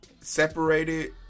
separated